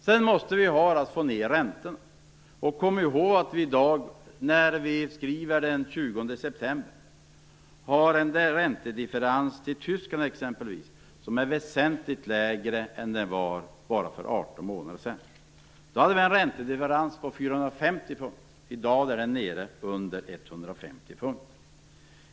Sedan har vi att få ned räntorna. Kom ihåg att vi i dag, när vi skriver den 20 september, har en räntedifferens till exempelvis Tyskland som är väsentligt lägre än den var för bara 18 månader sedan. Då hade vi en räntedifferens på 450 punkter; i dag är den nere under 150 punkter.